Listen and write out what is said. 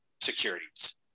securities